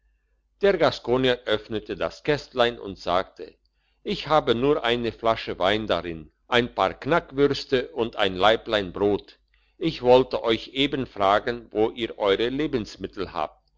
der gaskonier öffnete das kistlein und sagte ich habe nur eine flasche wein darin ein paar knackwürste und ein laiblein brot ich wollte euch eben fragen wo ihr euere lebensmittel habt